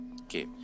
Okay